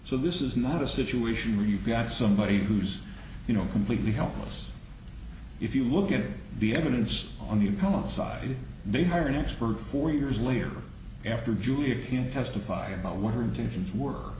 so this is not a situation where you've got somebody who's you know completely helpless if you look at the evidence on the side and they hire an expert four years later after julia to testify about what her intentions were